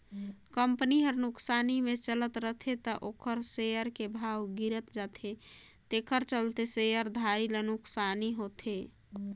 company हर नुकसानी मे चलत रथे त ओखर सेयर के भाव गिरत जाथे तेखर चलते शेयर धारी ल नुकसानी होथे